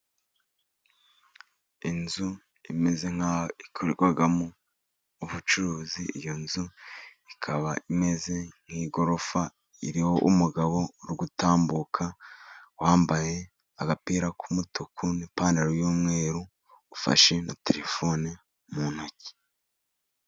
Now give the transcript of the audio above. Inzu imeze nk'aho ikorerwamo ubucuruzi, iyo nzu ikaba imeze nk'igorofa iriho umugabo uri gutambuka wambaye agapira k'umutuku n'ipantaro y'umweru ufashe na telefone mu ntoki.